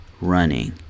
running